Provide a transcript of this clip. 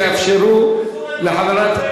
תאפשרו לחברת,